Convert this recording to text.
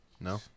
No